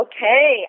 Okay